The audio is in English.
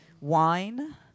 wine